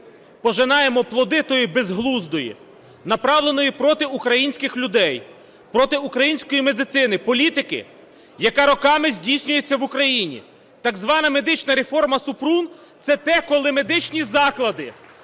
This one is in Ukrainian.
пожинаємо плоди тієї безглуздої, направленої проти українських людей, проти української медицини політики, яка роками здійснюється в Україні, так звана медична реформа Супрун. Це те, коли медичні заклади